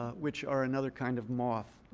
ah which are another kind of moth,